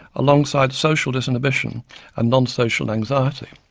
alongside social disinhibition and non-social anxiety.